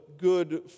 good